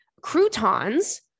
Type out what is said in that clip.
croutons